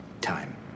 time